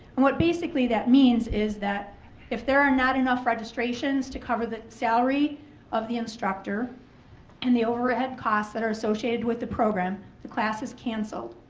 what basically that means is that if there are not enough registrations to cover the salary of the instructor and the overhead costs that are associated with the program, the class is canceled.